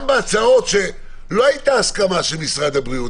גם בהצעות שלא הייתה הסכמה של משרד הבריאות,